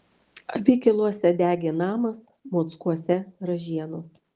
avikiluose degė namas mockuose ražienos